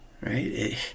right